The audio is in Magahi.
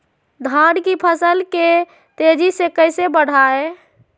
धान की फसल के तेजी से कैसे बढ़ाएं?